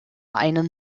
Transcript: einen